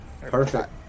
perfect